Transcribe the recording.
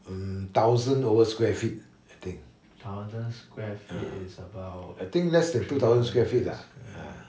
mm thousand over square feet I think uh I think less than two thousand square feet lah